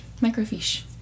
Microfish